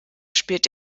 spielt